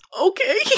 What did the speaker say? Okay